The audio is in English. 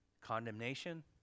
condemnation